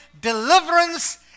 deliverance